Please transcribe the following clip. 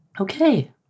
Okay